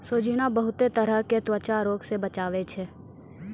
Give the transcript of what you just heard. सोजीना बहुते तरह के त्वचा रोग से बचावै छै